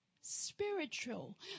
spiritual